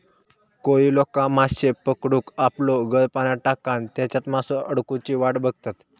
कोळी लोका माश्ये पकडूक आपलो गळ पाण्यात टाकान तेच्यात मासो अडकुची वाट बघतत